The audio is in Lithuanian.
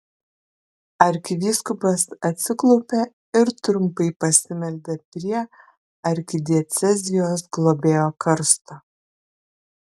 arkivyskupas atsiklaupė ir trumpai pasimeldė prie arkidiecezijos globėjo karsto